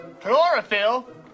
Chlorophyll